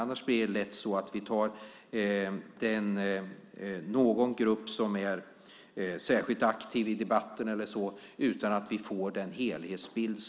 Annars blir det lätt så att vi väljer någon grupp som är särskilt aktiv i debatten utan att vi får en helhetsbild.